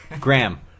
Graham